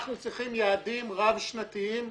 אנחנו צריכים יעדים רב-שנתיים.